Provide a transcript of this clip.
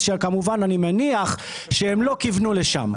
כמובן, אני מניח שהם לא כיוונו לשם.